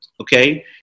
okay